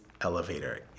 elevator